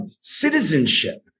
citizenship